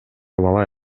бала